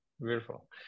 beautiful